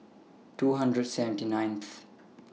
two hundred seventy ninth